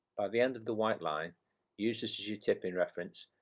the end of the white line use this as your tip in reference,